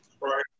right